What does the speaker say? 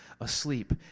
Asleep